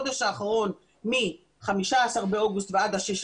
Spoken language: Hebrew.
מה-5 באוגוסט ועד ה-16